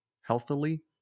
healthily